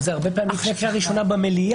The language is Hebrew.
זה הרבה פעמים כמו קריאה ראשונה במליאה.